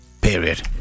period